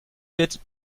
wird